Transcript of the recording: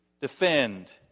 defend